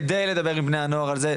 כדי לדבר עם בני הנוער על זה,